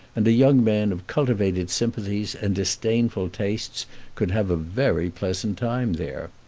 and a young man of cultivated sympathies and disdainful tastes could have a very pleasant time there.